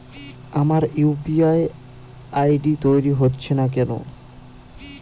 আমার UPI ID তৈরি হচ্ছে না কেনো?